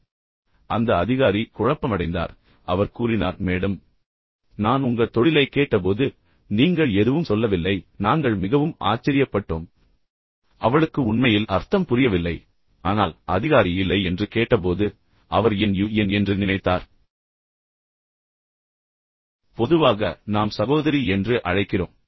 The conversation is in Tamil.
எனவே அந்த அதிகாரி குழப்பமடைந்தார் பின்னர் அவர் கூறினார் மேடம் நான் உங்கள் தொழிலைக் கேட்டபோது நீங்கள் எதுவும் சொல்லவில்லை எனவே நாங்கள் மிகவும் ஆச்சரியப்பட்டோம் எனவே அவளுக்கு உண்மையில் அர்த்தம் புரியவில்லை ஆனால் அதிகாரி இல்லை என்று கேட்டபோது அவர் என் யு என் என்று நினைத்தார் பொதுவாக நாம் சகோதரி என்று அழைக்கிறோம்